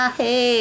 hey